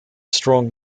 strong